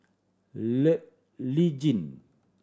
Lee Tjin